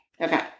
Okay